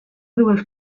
dues